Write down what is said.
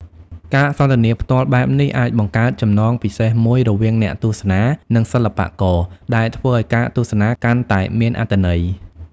ការសន្ទនាផ្ទាល់បែបនេះអាចបង្កើតចំណងពិសេសមួយរវាងអ្នកទស្សនា និងសិល្បករ ដែលធ្វើឲ្យការទស្សនាកាន់តែមានអត្ថន័យ។